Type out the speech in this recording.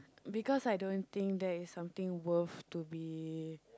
because I don't think that is something worth to be